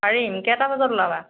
পাৰিম কেইটা বজাত ওলাবা